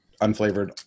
unflavored